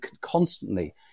constantly